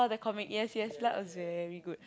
the comic yes yes that was very good